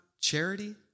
charity